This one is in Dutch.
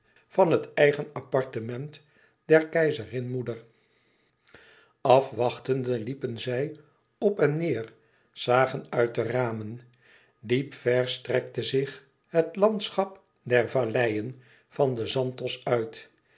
van het eigen appartement der keizerin moeder afwachtende liepen zij op en neêr zagen uit de ramen diep ver strekte zich het landschap der valleien van den zanthos uit